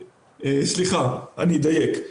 סליחה, אני אדייק.